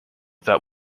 that